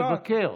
תבקר.